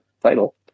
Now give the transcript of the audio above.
title